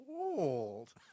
old